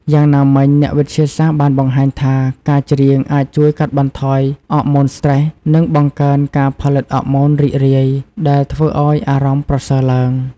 យ៉ាងណាមិញ អ្នកវិទ្យាសាស្ត្របានបង្ហាញថា ការច្រៀងអាចជួយកាត់បន្ថយអរម៉ូនស្ត្រេស និងបង្កើនការផលិតអរម៉ូនរីករាយ ដែលធ្វើឲ្យអារម្មណ៍ប្រសើរឡើង។